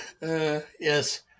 Yes